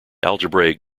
algebraic